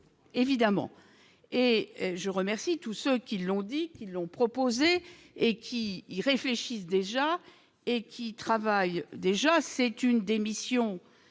évidemment et je remercie tous ceux qui l'ont dit, ils l'ont proposé et qui y réfléchissent déjà et qui travaillent déjà, c'est une des missions